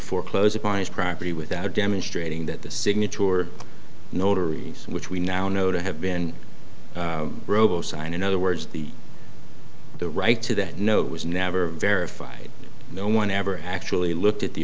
foreclose upon his property without demonstrating that the signature or notary which we now know to have been robo signing other words the right to that note was never verified no one ever actually looked at the